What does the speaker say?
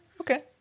Okay